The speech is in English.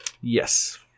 yes